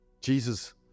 Jesus